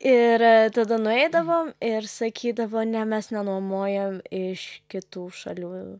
ir tada nueidavom ir sakydavo ne mes nenuomojam iš kitų šalių